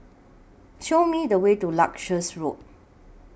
Show Me The Way to Leuchars Road